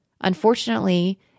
Unfortunately